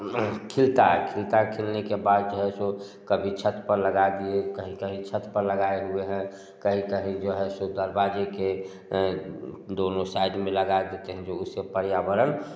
खिलता है खिलता खिलने के बाद जो है सो कभी छत पर लगा दिए कहीं कहीं छत पर लगाए हुए हैं कहीं कहीं जो है सो दरवाज़े के दोनों साइड में लगा देते हैं तो उससे पर्यावरण